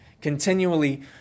Continually